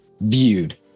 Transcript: viewed